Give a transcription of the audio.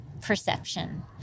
perception